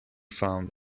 found